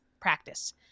practice